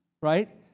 right